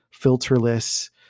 filterless